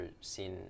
seen